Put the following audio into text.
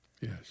Yes